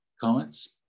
comments